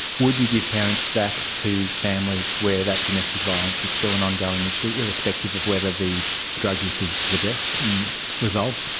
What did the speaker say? would you give parents back to families where that domestic violence is still an ongoing issue, irrespective of whether the drug use is addressed and resolved?